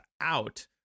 out